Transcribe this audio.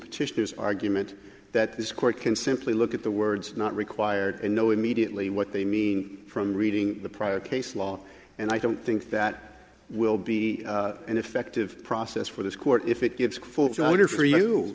petitioners argument that this court can simply look at the words not required and know immediately what they mean from reading the prior case law and i don't think that will be an effective process for this court if it gives for john or for you